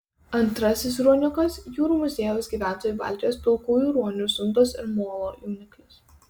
antrasis ruoniukas jūrų muziejaus gyventojų baltijos pilkųjų ruonių zundos ir molo jauniklis